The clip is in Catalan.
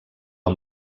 amb